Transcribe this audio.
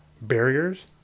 barriers